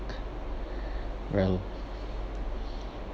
well